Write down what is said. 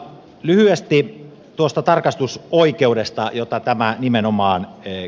lyhyesti tuosta tarkastusoikeudesta jota tämä nimenomaan koski